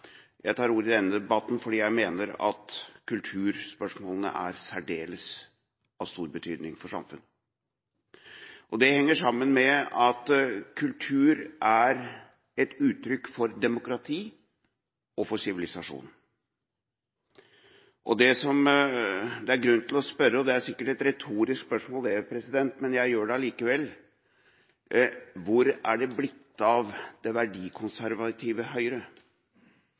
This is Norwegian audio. Jeg tar ordet i denne debatten fordi jeg mener at kulturspørsmålene er av særdeles stor betydning for samfunnet. Det henger sammen med at kultur er et uttrykk for demokrati og sivilisasjon. Det er grunn til å spørre, og det er sikkert et retorisk spørsmål, men jeg spør allikevel: Hvor er det blitt av det verdikonservative Høyre?